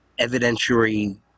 evidentiary